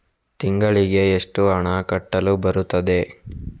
ತಿಂಗಳಿಗೆ ಎಷ್ಟು ಹಣ ಕಟ್ಟಲು ಬರುತ್ತದೆ?